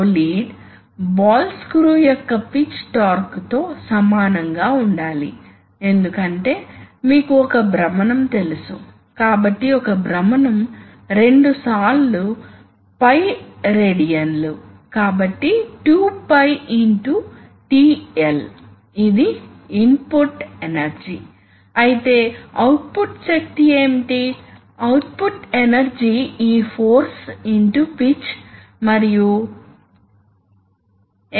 కాబట్టి pneumatic systems ప్రధానంగా ఉన్నాయని మనం చూసినట్లుగా ప్రధాన లోపాలలో ఒకటి టైం రెస్పాన్సేస్ నెమ్మదిగా ఉంటాయి మరియు ప్రాథమికంగా జరుగుతాయి గాలి మార్గాన్ని స్థాపించడానికి సమయం అవసరం కాబట్టి గాలి తుది ఛాంబర్ లోకి ప్రవహించాలి మరియు తరువాత ఛాంబర్ లో ప్రెజర్ ని అభివృద్ధి చేసే సమయం ఉండాలి కాబట్టి గాలి సోర్స్ నుండి ఛాంబర్ వరకు గాలి తప్పక ఎయిర్ మార్గాన్ని ఏర్పాటు చేయాలి తరువాత ఛాంబర్ లో ప్రెజర్ ఉండాలి మరియు ఏదో కదిలే ముందు అభివృద్ధి చెందాలి